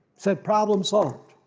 said problem solved.